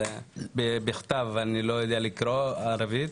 אני לא יודע לקרוא ערבית.